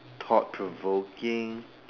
thought provoking